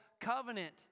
covenant